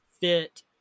fit